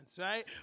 right